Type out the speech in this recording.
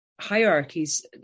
hierarchies